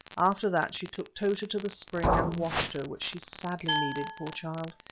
after that she took tota to the spring and washed her, which she sadly needed, poor child!